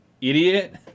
idiot